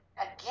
again